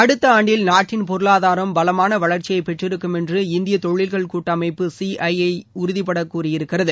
அடுத்த ஆண்டில் நாட்டின் பொருளாதாரம் பலமான வளர்ச்சியை பெற்றிருக்கும் என்று இந்திய தொழில்கள் கூட்டமைப்பு சிஐஐ உறுதிபட கூறியிருக்கிறது